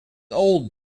old